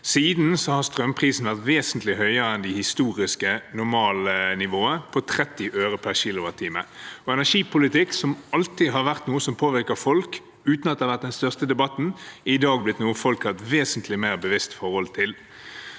Siden har strømprisene vært vesentlig høyere enn det historiske normalnivået på 30 øre per kWh. Energipolitikk, som alltid har vært noe som påvirker folk, uten at det har vært den største debatten, har i dag blitt noe folk har et vesentlig mer bevisst forhold til.